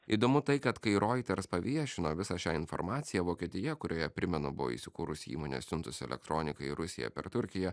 įdomu tai kad kai reuters paviešino visą šią informaciją vokietija kurioje primenu buvo įsikūrusi įmonė siuntusi elektroniką į rusiją per turkiją